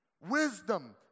Wisdom